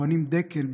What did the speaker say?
הבנים דקל,